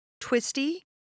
twisty